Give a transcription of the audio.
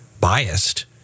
biased